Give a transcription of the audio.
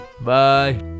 bye